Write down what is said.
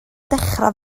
dechra